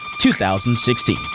2016